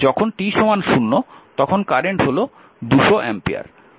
যখন t 0 তখন current হল 200 অ্যাম্পিয়ার